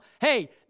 hey